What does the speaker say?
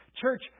Church